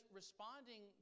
responding